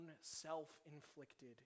self-inflicted